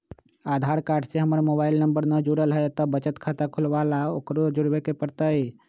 आधार card से हमर mobile number न जुरल है त बचत खाता खुलवा ला उकरो जुड़बे के पड़तई?